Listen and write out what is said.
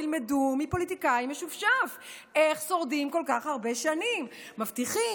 תלמדו מפוליטיקאי משופשף איך שורדים כל כך הרבה שנים: מבטיחים,